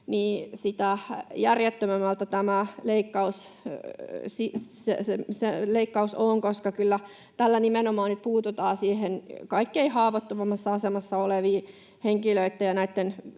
järjettömämpi tämä leikkaus on, koska kyllä tällä nimenomaan nyt puututaan niitten kaikkein haavoittuvimmassa asemassa olevien henkilöitten